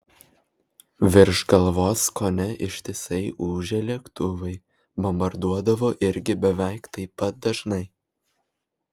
virš galvos kone ištisai ūžė lėktuvai bombarduodavo irgi beveik taip pat dažnai